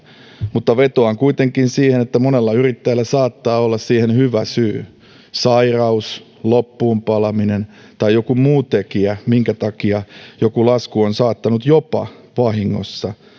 mutta vetoan kuitenkin siihen että monella yrittäjällä saattaa olla siihen hyvä syy sairaus loppuun palaminen tai joku muu tekijä minkä takia joku lasku on saattanut jopa vahingossa